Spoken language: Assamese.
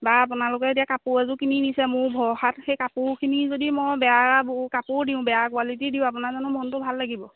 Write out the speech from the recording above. বা আপোনালোকে এতিয়া কাপোৰ এযোৰ কিনি নিছে মোৰ ভৰসাত সেই কাপোৰখিনি যদি মই বেয়া বো কাপোৰ দিওঁ বেয়া কোৱালিটি দিওঁ আপোনাৰ জানো মনটো ভাল লাগিব